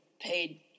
paid